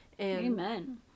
Amen